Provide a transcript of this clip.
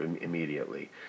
immediately